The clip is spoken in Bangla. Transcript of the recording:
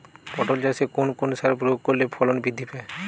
পটল চাষে কোন কোন সার প্রয়োগ করলে ফলন বৃদ্ধি পায়?